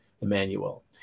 Emmanuel